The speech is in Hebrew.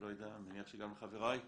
אני מניח שגם לחבריי,